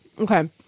Okay